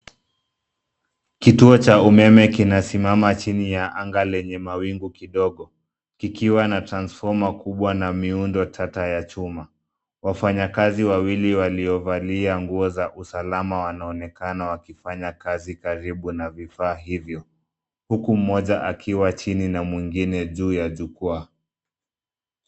Kituo cha umeme kina simama chini ya anga lenye mawingu kidogo kikiwa na transforma kubwa na miundo tata ya chuma. Wafanyakazi wawili waliovalia nguo za usalama wanaonekana wakifanya kazi karibu na vifaa hivyo, huku mmoja akiwa chini na mwingine juu ya jukwaa.